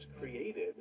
created